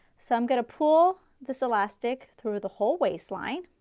so i'm going to pull this elastic through the hallways line